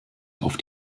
auf